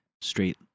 straight